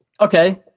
Okay